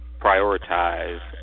prioritize